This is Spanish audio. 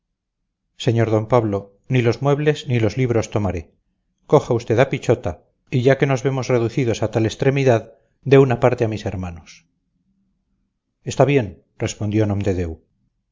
sr d pablo ni los muebles ni los libros tomaré coja usted a pichota y ya que nos vemos reducidos a tal extremidad dé una parte a mis hermanos está bien respondió